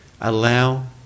Allow